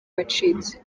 wacitse